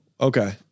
Okay